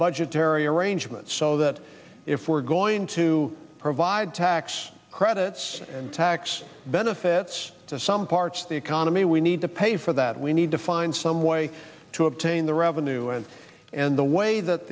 budgetary arrangements so that if we're going to provide tax credits and tax benefits to some parts of the economy we need to pay for that we need to find some way to obtain the revenue and the way that